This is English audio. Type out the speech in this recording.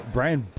Brian